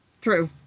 True